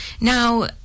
now